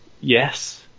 yes